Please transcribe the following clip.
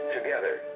Together